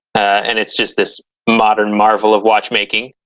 and it's just this modern marvel of watchmaking.